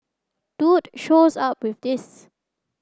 dude shows up with this